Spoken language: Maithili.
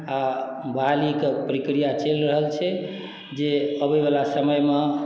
आ बहाली के प्रक्रिया चलि रहल छै जे अबै वला समयमे